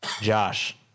Josh